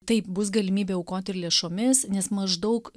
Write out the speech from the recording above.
taip bus galimybė aukoti ir lėšomis nes maždaug